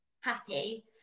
happy